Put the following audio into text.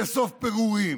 לאסוף פירורים,